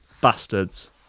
bastards